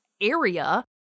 area